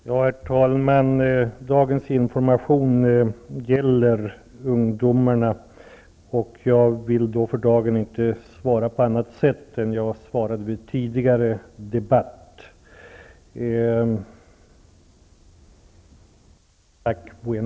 Herr talman! Dagens information gäller ungdomarna. Jag vill för dagen inte svara på annat sätt än vad jag svarade vid den tidigare debatten.